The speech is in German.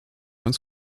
uns